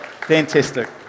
Fantastic